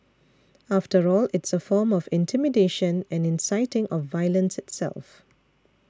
after all it's a form of intimidation and inciting of violence itself